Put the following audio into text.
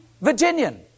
Virginian